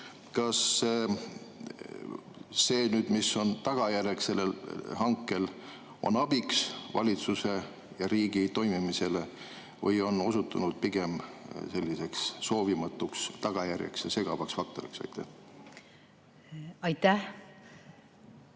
kas see, mis on tagajärjeks selle hanke puhul, on abiks valitsuse ja riigi toimimisele või on see osutunud pigem selliseks soovimatuks tagajärjeks ja segavaks faktoriks? Aitäh!